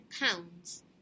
pounds